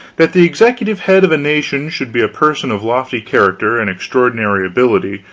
that the executive head of a nation should be a person of lofty character and extraordinary ability,